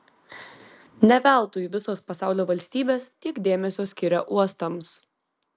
ne veltui visos pasaulio valstybės tiek dėmesio skiria uostams